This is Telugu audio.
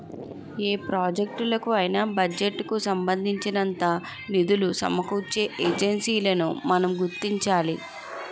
ఏ ప్రాజెక్టులకు అయినా బడ్జెట్ కు సంబంధించినంత నిధులు సమకూర్చే ఏజెన్సీలను మనం గుర్తించాలి